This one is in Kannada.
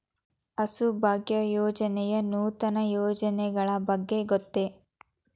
ಹಸುಭಾಗ್ಯ ಯೋಜನೆಯ ನೂತನ ಯೋಜನೆಗಳ ಬಗ್ಗೆ ಗೊತ್ತೇ?